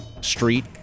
street